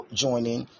joining